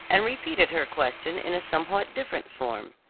and repeated her question in a somewhat different form.